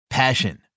Passion